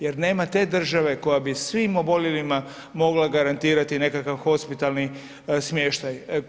Jer nema te države koja bi svim oboljelima mogla garantirati nekakav hospitalni smještaj.